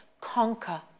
conquer